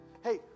Hey